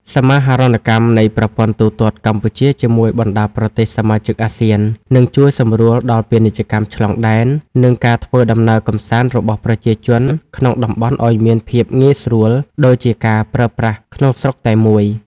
សមាហរណកម្មនៃប្រព័ន្ធទូទាត់កម្ពុជាជាមួយបណ្ដាប្រទេសសមាជិកអាស៊ាន នឹងជួយសម្រួលដល់ពាណិជ្ជកម្មឆ្លងដែន និងការធ្វើដំណើរកម្សាន្តរបស់ប្រជាជនក្នុងតំបន់ឱ្យមានភាពងាយស្រួលដូចជាការប្រើប្រាស់ក្នុងស្រុកតែមួយ។